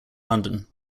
london